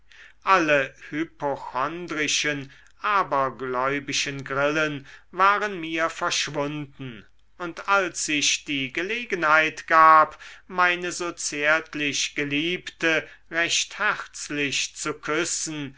alle hypochondrischen abergläubischen grillen waren mir verschwunden und als sich die gelegenheit gab meine so zärtlich geliebte recht herzlich zu küssen